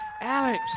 Alex